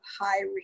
high